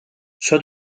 soit